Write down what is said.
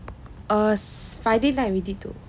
friday night we did though